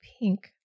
pink